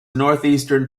northeastern